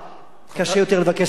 קשה יותר לבקש סליחה.